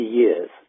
years